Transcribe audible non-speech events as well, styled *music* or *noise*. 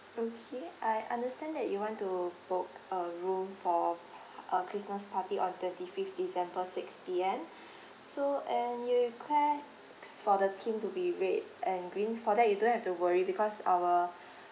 okay I understand that you want to book a room for a christmas party on twenty fifth december six P_M *breath* so and you request for the theme to be red and green for that you don't have to worry because our